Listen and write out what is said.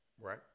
Right